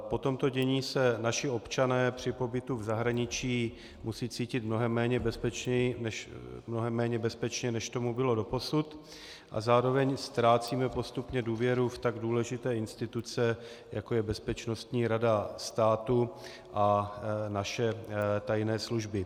Po tomto dění se naši občané při pobytu v zahraničí musí cítit mnohem méně bezpečně, než tomu bylo doposud, a zároveň ztrácíme postupně důvěru v tak důležité instituce, jako je Bezpečnostní rada státu a naše tajné služby.